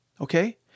Okay